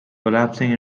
collapsing